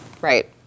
Right